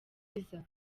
myiza